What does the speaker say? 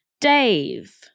Dave